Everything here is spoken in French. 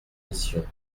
missions